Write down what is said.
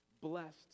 blessed